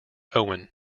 owen